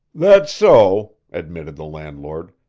that's so, admitted the landlord.